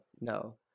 no